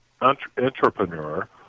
entrepreneur